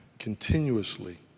Continuously